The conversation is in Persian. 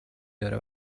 داره